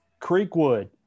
Creekwood